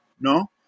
no